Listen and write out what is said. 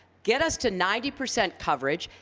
get us to ninety percent coverage.